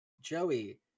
Joey